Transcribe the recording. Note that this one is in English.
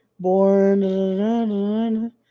born